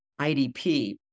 IDP